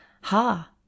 ha